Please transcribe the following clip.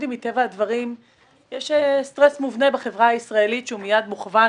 מטבע הדברים יש דבר מובנה בחברה הישראלית שהוא מיד מוכוון